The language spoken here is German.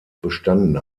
bestanden